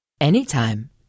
Anytime